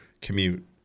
commute